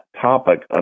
topic